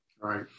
right